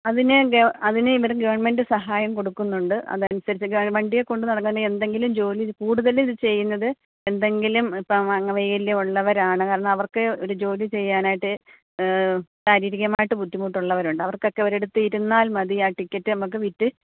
അതിന് ഗ അതിന് ഇവിടെ ഗവണ്മെൻ്റ് സഹായം കൊടുക്കുന്നുണ്ട് അതനുസരിച്ചൊക്കെ വണ്ടിയേൽ കൊണ്ടു നടക്കുന്ന എന്തെങ്കിലും ജോലിയിൽ കൂടുതല് ഇത് ചെയ്യുന്നത് എന്തെങ്കിലും ഇപ്പോൾ അംഗവൈകല്യമുള്ളവരാണ് കാരണം അവർക്ക് ഒരു ജോലി ചെയ്യാനായിട്ട് ശാരീരികമായിട്ട് ബുദ്ധിമുട്ടുള്ളവരുണ്ട് അവർക്കൊക്കെ ഒരിടത്തിരുന്നാൽ മതി ആ ടിക്കറ്റ് നമുക്ക് വിറ്റ്